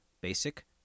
Basic